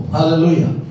Hallelujah